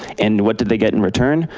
and what did they get in return?